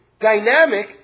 dynamic